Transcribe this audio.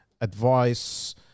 advice